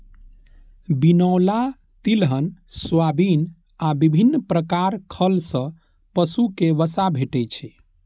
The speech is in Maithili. बिनौला, तिलहन, सोयाबिन आ विभिन्न प्रकार खल सं पशु कें वसा भेटै छै